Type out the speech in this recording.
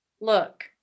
look